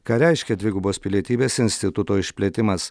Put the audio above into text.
ką reiškia dvigubos pilietybės instituto išplėtimas